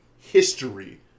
history